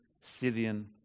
Scythian